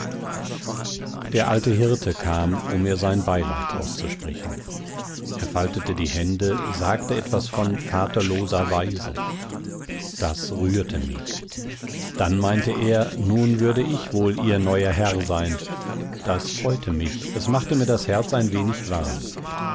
der alte hirte kam um mir sein beileid auszusprechen er faltete die hände sagte etwas von vaterloser waise das rührte mich dann meinte er nun würde ich wohl ihr neuer herr sein das freute mich es machte mir das herz ein wenig warm